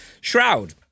Shroud